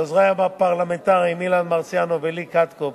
לעוזרי הפרלמנטריים אילן מרסיאנו ולי קטקוב,